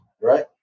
right